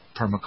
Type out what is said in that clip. permaculture